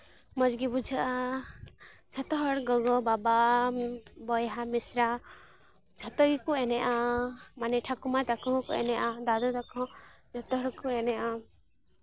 ᱢᱚᱡᱽ ᱜᱮ ᱵᱩᱡᱷᱟᱹᱜᱼᱟ ᱡᱷᱚᱛᱚ ᱦᱚᱲ ᱜᱚᱜᱚᱼᱵᱟᱵᱟ ᱵᱚᱭᱦᱟᱼᱢᱤᱥᱨᱟ ᱡᱷᱚᱛᱚ ᱜᱮᱠᱚ ᱮᱱᱮᱡᱼᱟ ᱢᱟᱱᱮ ᱴᱷᱟᱹᱠᱩᱢᱟ ᱛᱟᱠᱚ ᱦᱚᱸᱠᱚ ᱮᱱᱮᱡᱼᱟ ᱫᱟᱹᱫᱩ ᱛᱟᱠᱚ ᱦᱚᱸᱠᱚ ᱡᱚᱛᱚ ᱦᱚᱲ ᱠᱚ ᱮᱱᱮᱡᱼᱟ